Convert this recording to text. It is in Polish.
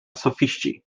sofiści